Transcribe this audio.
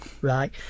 right